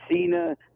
Cena